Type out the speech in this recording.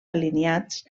alineats